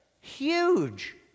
Huge